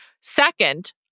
Second